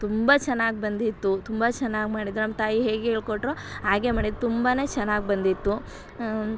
ತುಂಬ ಚೆನ್ನಾಗಿ ಬಂದಿತ್ತು ತುಂಬ ಚೆನ್ನಾಗಿ ಮಾಡಿದ್ರೆ ನಮ್ಮ ತಾಯಿ ಹೇಗೆ ಹೇಳ್ಕೊಟ್ರೋ ಹಾಗೆ ಮಾಡಿದ ತುಂಬನೇ ಚೆನ್ನಾಗಿ ಬಂದಿತ್ತು